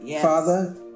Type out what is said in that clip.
father